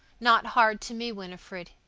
not hard to me, winifred,